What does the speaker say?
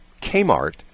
Kmart